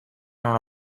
non